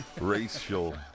racial-